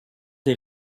des